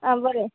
आं बरें